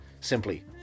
Simply